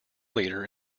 leader